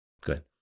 Good